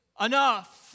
enough